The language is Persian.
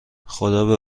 خدابه